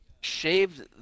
shaved